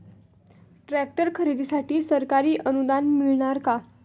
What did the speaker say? Tractor खरेदीसाठी सरकारी अनुदान मिळणार का?